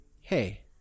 Hey